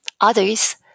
others